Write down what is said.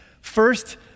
First